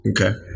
Okay